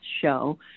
show